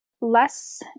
Less